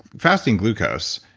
fasting glucose.